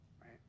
right